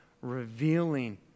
revealing